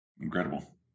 incredible